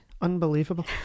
unbelievable